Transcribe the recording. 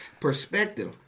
perspective